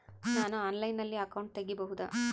ನಾನು ಆನ್ಲೈನಲ್ಲಿ ಅಕೌಂಟ್ ತೆಗಿಬಹುದಾ?